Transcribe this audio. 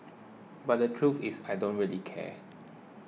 but the truth is I don't really care